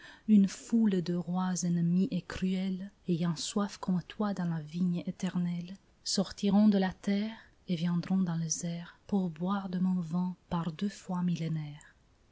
une foule de rois ennemis et cruels ayant soif comme toi dans la vigne éternelle sortiront de la terre et viendront dans les airs pour boire de mon vin par deux fois millénaire